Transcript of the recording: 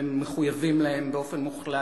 והם מחויבים להם באופן מוחלט,